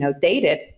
dated